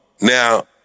now